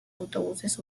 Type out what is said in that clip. autobuses